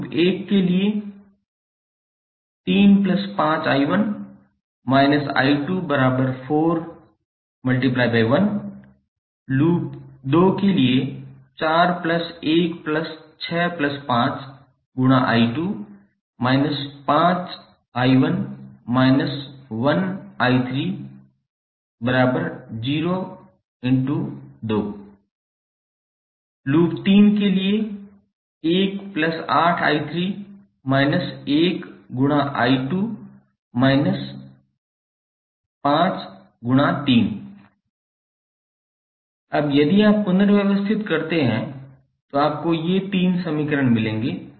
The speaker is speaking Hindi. लूप 1 के लिए 3 5I1 − I2 4 लूप 2 के लिए 4 1 6 5I2 − I1 − I3 0 लूप 3 के लिए 1 8I3 − I2 −5 अब यदि आप पुनर्व्यवस्थित करते हैं तो आपको ये 3 समीकरण मिलेंगे